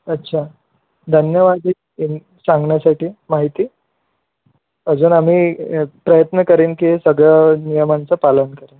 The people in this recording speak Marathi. अच्छा धन्यवाद हे सांगण्यासाठी माहिती अजून आम्ही प्रयत्न करेन की सगळं नियमाचं पालन करेन